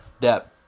debt